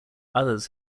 others